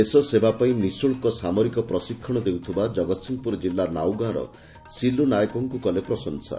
ଦେଶ ସେବା ପାଇଁ ନିଶୁଳ୍କ ସାମରିକ ପ୍ରଶିକ୍ଷଣ ଦେଉଥିବା ଜଗତସିଂହପୁର ଜିଲ୍ଲା ନାଉଗାଁର ସିଲ୍ନୁ ନାୟକଙ୍କୁ କଲେ ପ୍ରଶଂସା